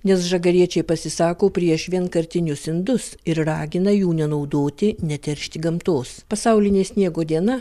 nes žagariečiai pasisako prieš vienkartinius indus ir ragina jų nenaudoti neteršti gamtos pasaulinė sniego diena